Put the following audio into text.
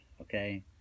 okay